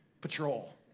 patrol